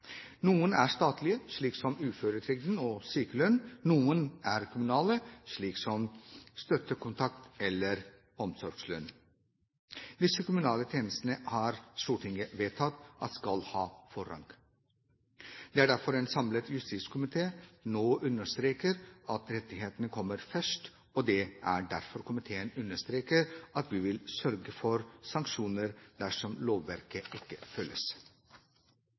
Noen er statlige, slike som uføretrygd og sykelønn, noen er kommunale, slike som støttekontakt og omsorgslønn. Disse kommunale tjenestene har Stortinget vedtatt skal ha forrang. Det er derfor en samlet justiskomité nå understreker at rettighetene kommer først, og det er derfor komiteen understreker at vi vil sørge for sanksjoner dersom lovverket ikke følges.